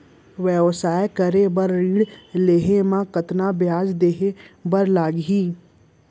व्यवसाय करे बर ऋण लेहे म कतना ब्याज देहे बर लागही?